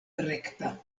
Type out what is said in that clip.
rekta